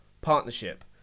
partnership